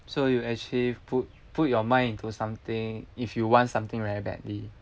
so you actually put put your mind into something if you want something very badly